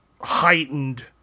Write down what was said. heightened